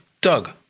Doug